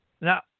Now